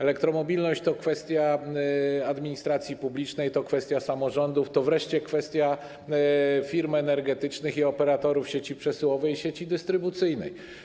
Elektromobilność to kwestia administracji publicznej, to kwestia samorządów, to wreszcie kwestia firm energetycznych i operatorów sieci przesyłowej i sieci dystrybucyjnej.